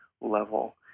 level